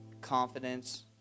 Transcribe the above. confidence